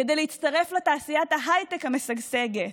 כדי להצטרף לתעשיית ההייטק המשגשגת,